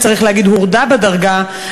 צריך להגיד הורדה בדרגה,